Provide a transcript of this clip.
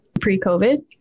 pre-COVID